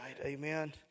Amen